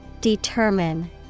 Determine